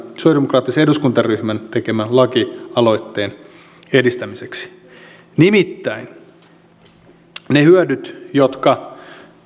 sosialidemokraattisen eduskuntaryhmän tekemän lakialoitteen edistämiseksi nimittäin ne hyödyt jotka